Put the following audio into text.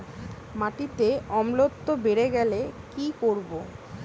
মাটিতে অম্লত্ব বেড়েগেলে কি করব?